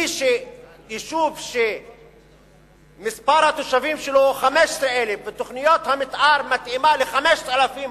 יישוב שמספר התושבים שלו הוא 15,000 ותוכנית המיתאר מתאימה ל-5,000,